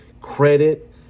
credit